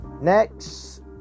Next